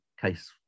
case